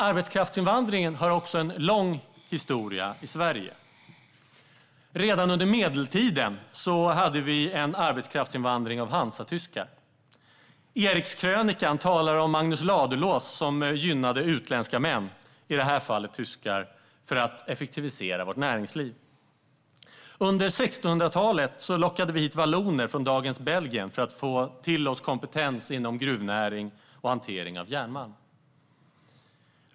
Arbetskraftsinvandringen har också en lång historia i Sverige. Redan under medeltiden hade vi en arbetskraftsinvandring av hansatyskar. Erikskrönikan talar om att Magnus Ladulås gynnade utländska män, i det här fallet tyskar, för att effektivisera vårt näringsliv. Under 1600-talet lockade vi hit valloner från dagens Belgien för att få till oss kompetens inom gruvnäring och hantering av järnmalm.